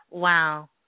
Wow